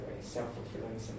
self-fulfilling